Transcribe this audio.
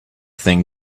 thing